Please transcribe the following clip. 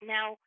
Now